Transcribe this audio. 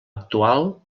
actual